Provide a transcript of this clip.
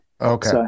Okay